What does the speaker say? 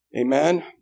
Amen